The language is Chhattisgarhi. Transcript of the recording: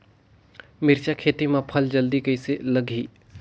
मिरचा खेती मां फल जल्दी कइसे लगही?